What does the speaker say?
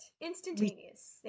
Instantaneous